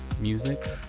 music